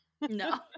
No